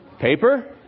Paper